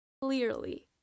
Clearly